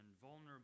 vulnerable